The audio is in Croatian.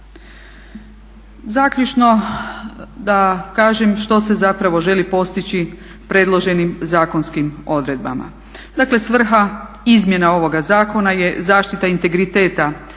Zaključno da kažem što se zapravo želi postići predloženim zakonskim odredbama. Dakle, svrha izmjena ovoga zakona je zaštita integriteta